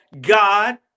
God